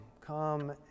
Come